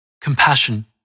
Compassion